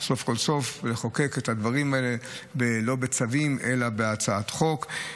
סוף כל סוף לחוקק את הדברים האלה לא בצווים אלא בהצעת חוק.